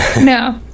No